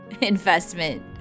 investment